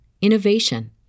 innovation